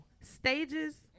stages